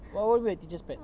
what wha~ wait teacher's pet